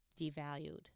Devalued